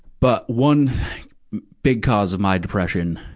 but, one big cause of my depression,